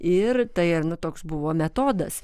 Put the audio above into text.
ir tai nu toks buvo metodas